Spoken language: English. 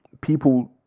people